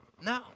No